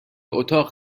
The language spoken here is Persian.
اتاق